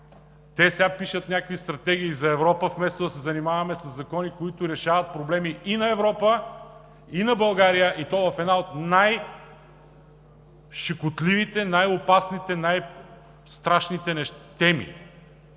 те сега пишат някакви стратегии за Европа, вместо да се занимаваме със закони, които решават проблеми и на Европа, и на България, и то в една от най-щекотливите, най-опасните, най-страшните теми